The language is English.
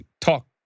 talk